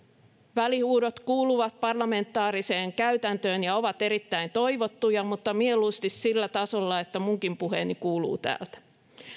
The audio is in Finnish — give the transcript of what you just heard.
välihuudot kuuluvat parlamentaariseen käytäntöön ja ovat erittäin toivottuja mutta mieluusti sillä tasolla että minunkin puheeni kuuluu täältä